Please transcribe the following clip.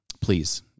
Please